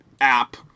app